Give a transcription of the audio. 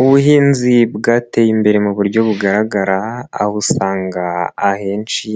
Ubuhinzi bwateye imbere mu buryo bugaragara, aho usanga ahenshi